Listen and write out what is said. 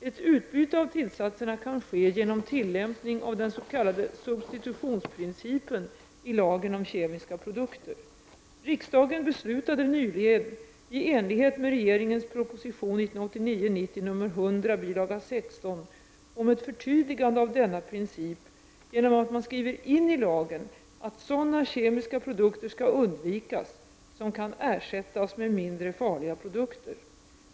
Ett utbyte av tillsatserna kan ske genom tillämpning av den s.k. substitutionsprincipen i lagen om kemiska produkter. Riksdagen beslutade nyligen i enlighet med regeringens proposition 1989/90:100, bilaga 16 om ett förtydligande av denna princip genom att man skriver in i lagen att sådana kemiska produkter skall undvikas som kan ersättas med mindre farliga produkter.